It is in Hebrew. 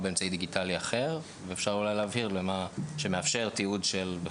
באמצעי דיגיטלי אחר" ואולי אפשר להבהיר: "שמאפשר תיעוד" וכולי.